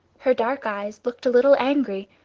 her dark eyes looked a little angry,